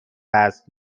دست